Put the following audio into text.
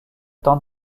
tente